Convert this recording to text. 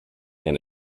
and